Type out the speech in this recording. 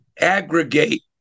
aggregate